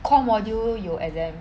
core module 有 exam